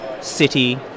city